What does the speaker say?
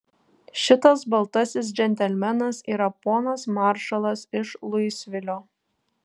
šitas baltasis džentelmenas yra ponas maršalas iš luisvilio